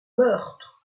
meurtre